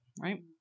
right